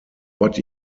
but